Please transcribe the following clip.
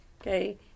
okay